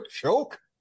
joke